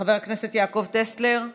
חבר הכנסת יעקב טסלר,